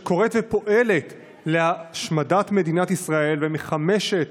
שקוראת ופועלת להשמדת מדינת ישראל ומחמשת